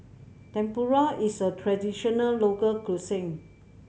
tempura is a traditional local cuisine